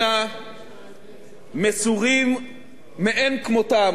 מסורים מאין כמותם, ואדוני היושב-ראש,